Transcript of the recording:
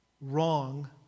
wrong